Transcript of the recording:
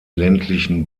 ländlichen